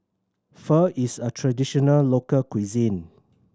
pho is a traditional local cuisine